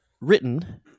Written